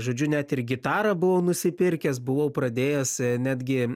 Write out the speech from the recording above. žodžiu net ir gitarą buvau nusipirkęs buvau pradėjęs netgi